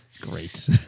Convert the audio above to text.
Great